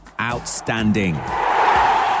Outstanding